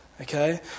Okay